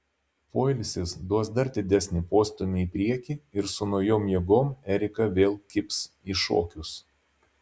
poilsis duos dar didesnį postūmį į priekį ir su naujom jėgom erika vėl kibs į šokius